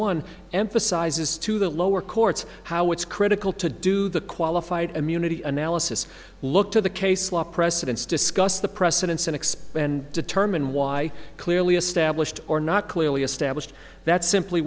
one emphasizes to the lower courts how it's critical to do the qualified immunity analysis look to the case law precedents discuss the precedents and expand determine why clearly established or not clearly established that simply